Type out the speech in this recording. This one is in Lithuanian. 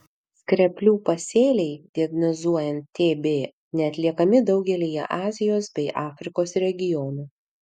skreplių pasėliai diagnozuojant tb neatliekami daugelyje azijos bei afrikos regionų